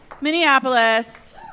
Minneapolis